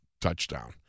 touchdown